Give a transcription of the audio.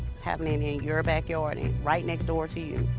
it's happening in your backyard, right next door to you,